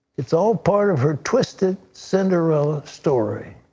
it's all part of her twisted cinderella story.